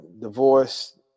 divorced